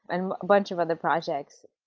and a bunch of other projects.